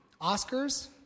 Oscars